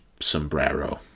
sombrero